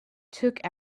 took